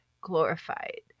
Glorified